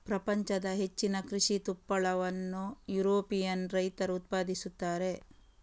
ಪ್ರಪಂಚದ ಹೆಚ್ಚಿನ ಕೃಷಿ ತುಪ್ಪಳವನ್ನು ಯುರೋಪಿಯನ್ ರೈತರು ಉತ್ಪಾದಿಸುತ್ತಾರೆ